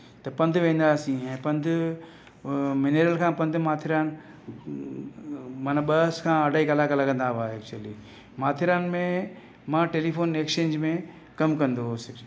त पंधु वेंदासीं ऐं पंधु मिनीरल खां पंधु माथेरान माना ॿ खां अढाई कलाकु लॻंदा हुआ एक्चुअली माथेरान में मां टेलीफ़ोन एक्सचेंज में कमु कंदो होसि